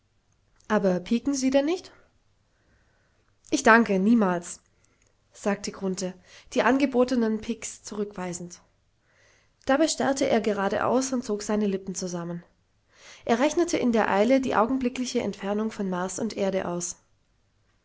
aber piken sie denn nicht ich danke niemals sagte grunthe die angebotenen piks zurückweisend dabei starrte er geradeaus und zog seine lippen zusammen er rechnete in der eile die augenblickliche entfernung von mars und erde aus